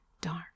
dark